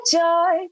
joy